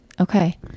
Okay